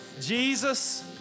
Jesus